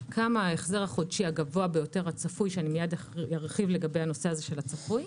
כמה ההחזר החודשי הגבוה ביותר הצפוי שמייד ארחיב בנושא הצפוי,